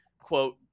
quote